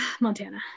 Montana